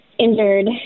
injured